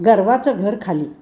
गर्वाचं घर खाली